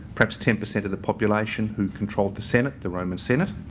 perhaps ten percent of the population who controlled the senate, the roman senate,